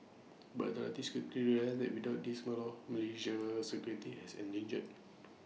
but the authorities realised that without this model Malaysia's security has endangered